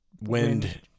wind